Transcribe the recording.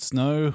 Snow